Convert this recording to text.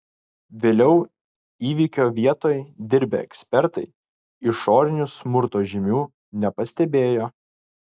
vėliau įvykio vietoj dirbę ekspertai išorinių smurto žymių nepastebėjo